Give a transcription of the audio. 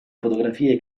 fotografie